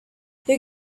you